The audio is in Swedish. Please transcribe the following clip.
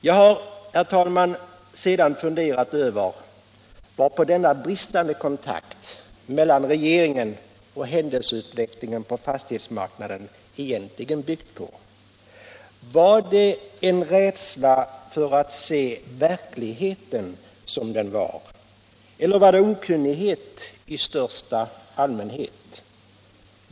Jag har, herr talman, sedan funderat över vad denna bristande kontakt mellan regeringen och händelseutvecklingen på fastighetsmarknaden egentligen byggt på. Var det en rädsla för att se verkligheten som den var? Eller var det okunnighet i största allmänhet?